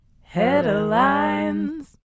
Headlines